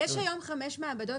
יש היום חמש מעבדות,